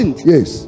Yes